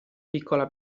piccola